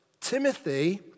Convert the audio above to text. Timothy